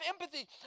empathy